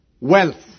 wealth